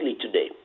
today